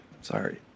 sorry